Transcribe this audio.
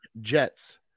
Jets